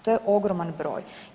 To je ogroman broj.